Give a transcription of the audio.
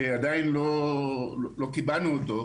עוד לא קיבלנו אותו.